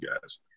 guys